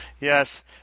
Yes